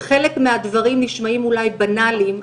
חלק מהדברים נשמעים אולי בנאליים,